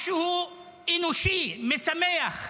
משהו אנושי, משמח.